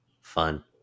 Fun